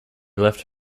left